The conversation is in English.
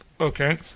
Okay